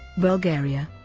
bulgaria